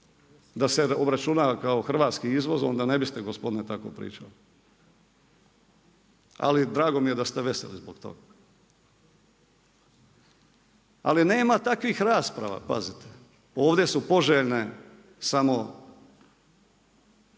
da se obračuna kao hrvatski izvoz, onda ne bi ste gospodine tako pričali. Ali drago mi je da ste veseli zbog toga. Ali nema takvih rasprava, pazite, ovdje su poželjne samo,